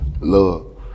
Love